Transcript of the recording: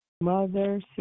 Mother